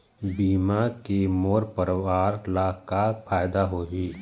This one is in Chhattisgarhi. बीमा के मोर परवार ला का फायदा होही?